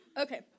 Okay